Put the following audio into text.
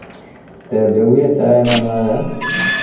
से बेगुएसरायमे हमरा